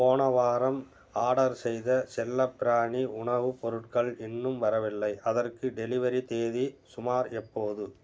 போன வாரம் ஆர்டர் செய்த செல்லப்பிராணி உணவுப் பொருட்கள் இன்னும் வரவில்லை அதற்கு டெலிவரி தேதி சுமார் எப்போது